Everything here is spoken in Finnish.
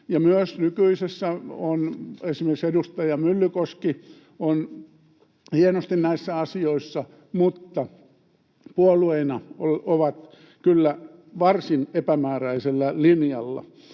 myös nykyään esimerkiksi edustaja Myllykoski on hienosti näissä asioissa, mutta puolueina ne ovat kyllä varsin epämääräisellä linjalla.